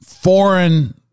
foreign